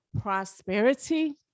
prosperity